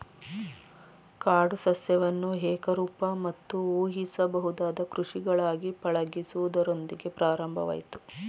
ಕಾಡು ಸಸ್ಯವನ್ನು ಏಕರೂಪ ಮತ್ತು ಊಹಿಸಬಹುದಾದ ಕೃಷಿಗಳಾಗಿ ಪಳಗಿಸುವುದರೊಂದಿಗೆ ಪ್ರಾರಂಭವಾಯ್ತು